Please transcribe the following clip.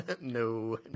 No